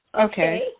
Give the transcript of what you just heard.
okay